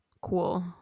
cool